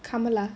kamal ah